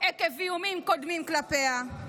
עקב איומים קודמים כלפיה,